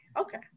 Okay